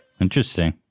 Interesting